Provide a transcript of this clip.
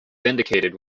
vindicated